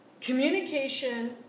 communication